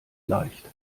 leicht